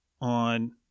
on